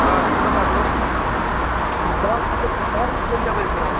آ ضوٚرَتھ حظ اوس دَہ وُہ دَہ وُہ کۄینٛٹَل ٲسۍ ضوٚرَتھ